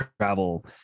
travel